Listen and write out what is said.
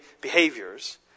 behaviors